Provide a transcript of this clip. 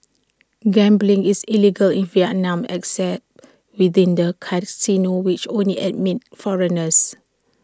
gambling is illegal in Vietnam except within the casinos which only admit foreigners